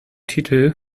titel